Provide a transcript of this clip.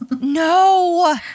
no